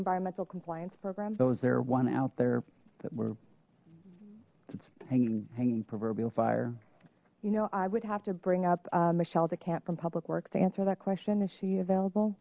environmental compliance program those there one out there that we're it's hanging hanging proverbial fire you know i would have to bring up michelle decamp from public works to answer that question is she available